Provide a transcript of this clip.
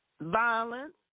violence